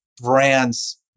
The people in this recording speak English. brands